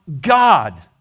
God